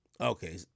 Okay